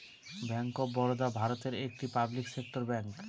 bank of Baroda ভারতের একটি public sector bank